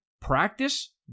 Practice